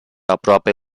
aproape